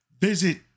visit